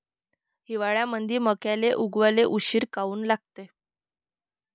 हिवाळ्यामंदी मक्याले उगवाले उशीर काऊन लागते?